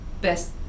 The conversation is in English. best